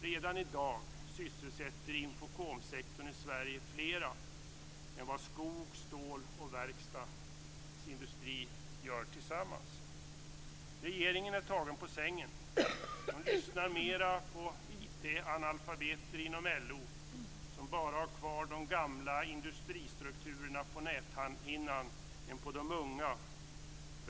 Redan i dag sysselsätter infokomsektorn i Sverige flera än vad skogs-, stål och verkstadsindustri gör tillsammans. Regeringen är tagen på sängen. Den lyssnar mer på IT-analfabeter inom LO som bara har kvar de gamla industristrukturerna på näthinnan än på de unga.